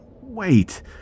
Wait